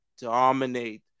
dominate